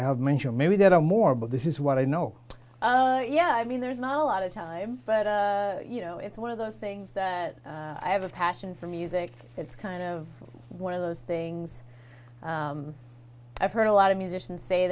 i have mentioned maybe there are more but this is what i know yeah i mean there's not a lot of time but you know it's one of those things that i have a passion for music it's kind of one of those things i've heard a lot of musicians say